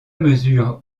mesure